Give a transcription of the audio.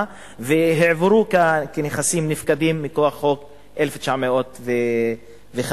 והועברו כנכסים נפקדים מכוח החוק ב-1950.